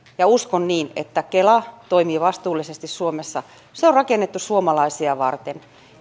ja uskon että kela toimii vastuullisesti suomessa se on rakennettu suomalaisia varten